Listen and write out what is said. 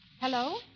Hello